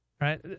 right